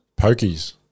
Pokies